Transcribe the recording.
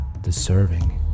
deserving